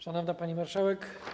Szanowna Pani Marszałek!